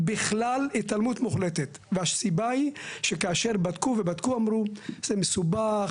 התעלמות מוחלטת בכלל והסיבה היא שכאשר בדקו ובדקו אמרו זה מסובך,